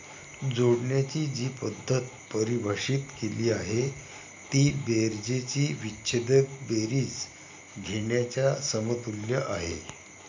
जोडण्याची जी पद्धत परिभाषित केली आहे ती बेरजेची विच्छेदक बेरीज घेण्याच्या समतुल्य आहे